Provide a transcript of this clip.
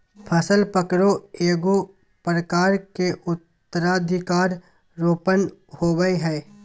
फसल पकरो एगो प्रकार के उत्तराधिकार रोपण होबय हइ